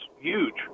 huge